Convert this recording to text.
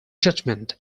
judgement